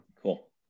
Cool